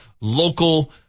local